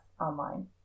online